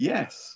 Yes